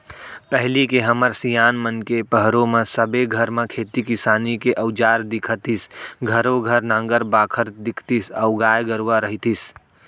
पहिली के हमर सियान मन के पहरो म सबे घर म खेती किसानी के अउजार दिखतीस घरों घर नांगर बाखर दिखतीस अउ गाय गरूवा रहितिस